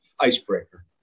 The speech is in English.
icebreaker